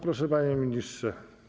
Proszę, panie ministrze.